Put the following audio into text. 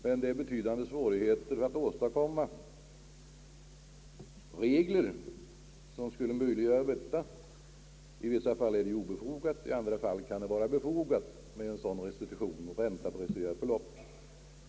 Men det är betydande svårigheter förknippade med att åstadkomma regler som skulle möjliggöra detta — i vissa fall är det ju obefogat, i andra fall kan det vara befogat med en sådan betalning av ränta på restituerat belopp.